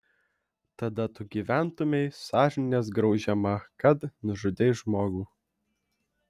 tada tu gyventumei sąžinės graužiama kad nužudei žmogų